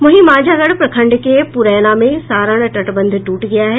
वहीं मांझागढ़ प्रखंड के पूरैना में सारण तटबंध टूट गया है